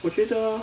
我觉得